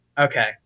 Okay